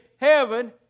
heaven